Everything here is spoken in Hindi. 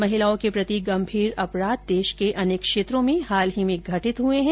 महिलाओं के प्रति गंभीर अपराध देश के अर्नेक क्षेत्रों में हाल में ही घटित हुए हैं